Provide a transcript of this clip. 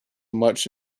much